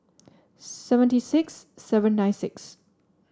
seventy six seven hundred nine six